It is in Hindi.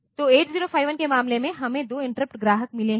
तो 8051 के मामले में हमें 2 इंटरप्ट ग्राहक मिले हैं